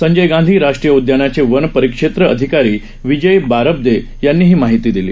संजय गांधी राष्ट्रीय उद्यानाचे वन परिक्षेत्र अधिकारी विजय बारब्दे यांनी ही माहिती दिली